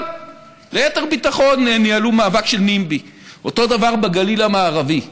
אבל ליתר ביטחון ניהלו מאבק של NIMBY. אותו דבר בגליל המערבי.